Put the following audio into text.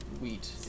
wheat